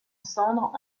cendres